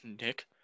Nick